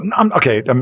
Okay